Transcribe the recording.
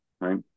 right